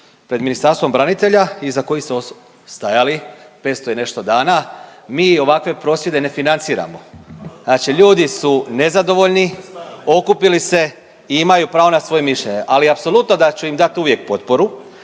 pred Ministarstvom branitelja iza kojih ste stajali 500 i nešto dana mi ovakve prosvjede ne financiramo. Znači ljudi su nezadovoljni, okupili se i imaju pravo na svoje mišljenje ali apsolutno da ću im dat uvijek potporu.